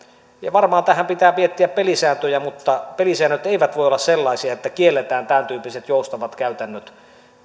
varmaan tähän pitää miettiä pelisääntöjä mutta pelisäännöt eivät voi olla sellaisia että kielletään tämäntyyppiset joustavat käytännöt